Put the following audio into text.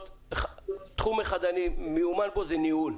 בתחום אחד אני מיומן וזה ניהול.